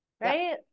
Right